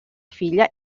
filla